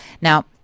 Now